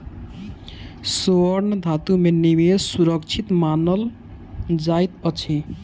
स्वर्ण धातु में निवेश सुरक्षित मानल जाइत अछि